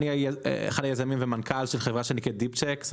אחד היזמים ומנכ"ל של חברה שנקראת דיפצ'קס.